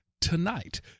tonight